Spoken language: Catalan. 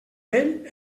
vell